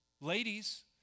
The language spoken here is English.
Ladies